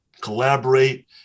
collaborate